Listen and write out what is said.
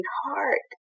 heart